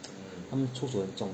他们出手很重